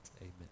Amen